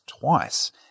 twice